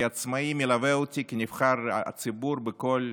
כעצמאי מלווה אותי כנבחר ציבור בכל